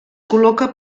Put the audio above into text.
col·loca